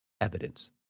evidence